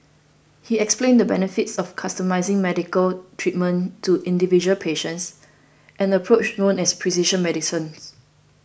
he explained the benefits of customising medical treatment to individual patients an approach known as precision medicine